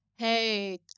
Hey